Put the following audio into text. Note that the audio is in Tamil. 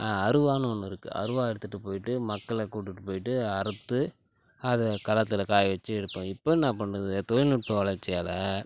அருவான்னு ஒன்று இருக்குது அருவா எடுத்துட்டு போய்ட்டு மக்களை கூட்டுட்டு போய்ட்டு அறுத்து அதை களத்தில் காய வெச்சி எடுத்தோம் இப்போ என்ன பண்ணுது தொழில்நுட்ப வளர்ச்சியால்